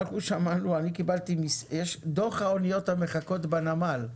אני קיבלתי את דוח האוניות המחכות בנמל.